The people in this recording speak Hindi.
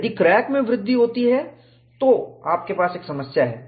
यदि क्रैक में वृद्धि होती है तो आपके पास एक समस्या है